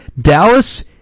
Dallas